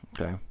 Okay